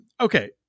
Okay